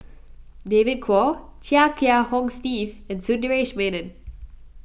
David Kwo Chia Kiah Hong Steve and Sundaresh Menon